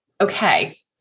okay